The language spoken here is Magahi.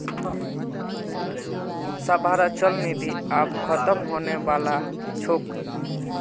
सबहारो चल निधि आब ख़तम होने बला छोक